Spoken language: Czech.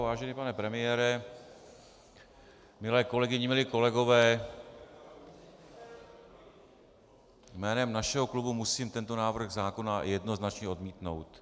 Vážený pane premiére, milé kolegyně, milí kolegové, jménem našeho klubu musím tento návrh zákona jednoznačně odmítnout.